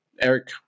Eric